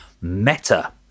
Meta